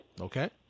Okay